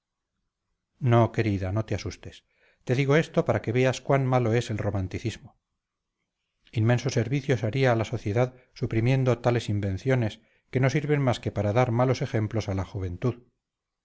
no querida no te asustes te digo esto para que veas cuán malo es el romanticismo inmenso servicio se haría a la sociedad suprimiendo tales invenciones que no sirven más que para dar malos ejemplos a la juventud